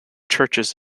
churches